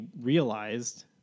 realized